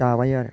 दाबाय आरो